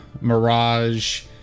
Mirage